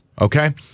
okay